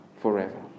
forever